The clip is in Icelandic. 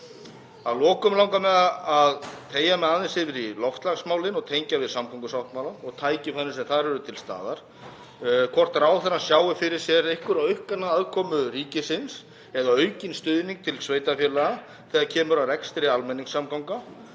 Að lokum langar mig að teygja mig aðeins yfir í loftslagsmálin og tengja við samgöngusáttmálann og tækifærin sem þar eru til staðar. Sér ráðherra fyrir sér einhverja aukna aðkomu ríkisins eða aukinn stuðning til sveitarfélaga þegar kemur að rekstri almenningssamgangna,